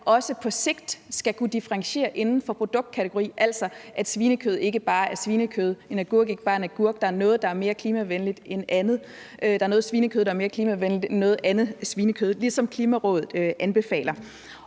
også på sigt skal kunne differentiere inden for produktkategori, altså at svinekød ikke bare er svinekød, en agurk ikke bare er en agurk, for der er noget, der er mere klimavenligt end andet, der er noget svinekød, der er mere klimavenligt end noget andet svinekød, ligesom Klimarådet anbefaler